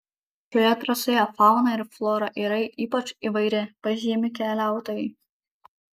šioje trasoje fauna ir flora yra ypač įvairi pažymi keliautojai